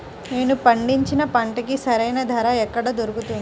నేను పండించిన పంటకి సరైన ధర ఎక్కడ దొరుకుతుంది?